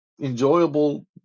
enjoyable